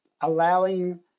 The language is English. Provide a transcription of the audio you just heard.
allowing